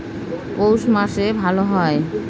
পৌষ মাসে ভালো হয়?